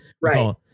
right